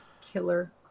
Killer